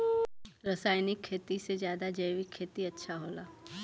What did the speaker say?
रासायनिक खेती से ज्यादा जैविक खेती अच्छा होला